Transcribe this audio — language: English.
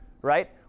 right